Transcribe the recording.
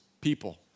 people